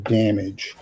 damage